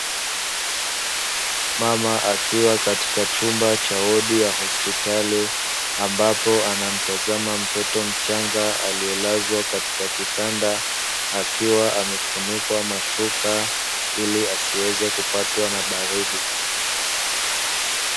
Mama akiwa katika chumba cha wodi ya hospitali, ambapo anamtazama mtoto mchanga alielazwa katika kitanda akiwa amefunikwa mashuka ili asiweze kupatwa na baridi.